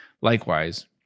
likewise